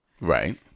Right